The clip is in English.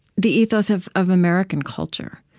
the ethos of of american culture